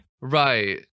Right